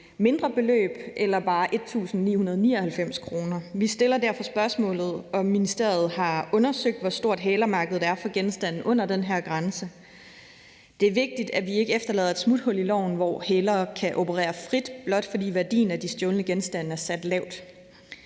mindre beløb eller bare 1.999 kr. Vi stiller derfor spørgsmålet, om ministeriet har undersøgt, hvor stort hælermarkedet er for genstande under den her grænse. Det er vigtigt, at vi ikke efterlader et smuthul i loven, hvor hælere kan operere frit, blot fordi værdien af de stjålne genstande er sat lavt.